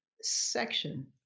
section